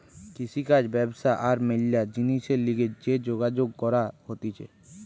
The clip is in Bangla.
কৃষিকাজ ব্যবসা আর ম্যালা জিনিসের লিগে যে যোগাযোগ করা হতিছে